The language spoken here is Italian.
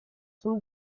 sono